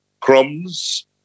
crumbs